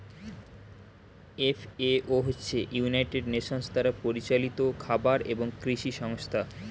FAO হচ্ছে United Nations দ্বারা পরিচালিত খাবার এবং কৃষি সংস্থা